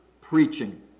preaching